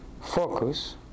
focus